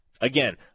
again